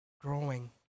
growing